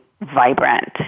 vibrant